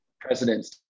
presidents